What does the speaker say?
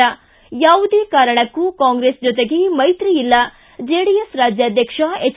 ಿ ಯಾವುದೇ ಕಾರಣಕ್ಕೂ ಕಾಂಗ್ರೆಸ್ ಜೊತೆಗೆ ಮೈತ್ರಿ ಇಲ್ಲ ಜೆಡಿಎಸ್ ರಾಜ್ಕಾಧ್ವಕ್ಷ ಎಚ್